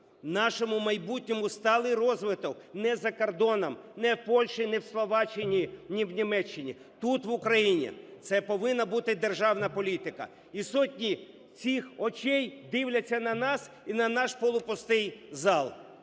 нашому майбутньому сталий розвиток не за кордоном: не в Польщі, не в Словаччині, не в Німеччині, - тут, в Україні. Це повинна бути державна політика, і сотні цих очей дивляться на нас і на наш полупустий зал.